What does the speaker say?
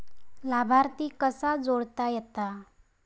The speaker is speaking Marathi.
लाभार्थी कसा जोडता येता?